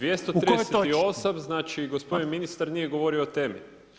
238. znači gospodin ministar nije govorio o temi.